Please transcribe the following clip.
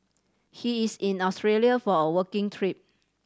he is in Australia for a working trip